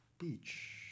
beach